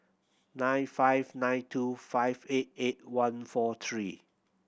nine five nine two five eight eight one four three